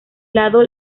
lado